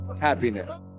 happiness